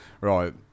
Right